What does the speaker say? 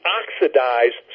oxidize